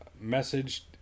message